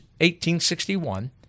1861